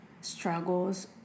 struggles